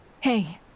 Hey